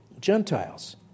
Gentiles